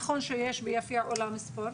נכון שיש ביפיע אולם ספורט,